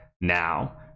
now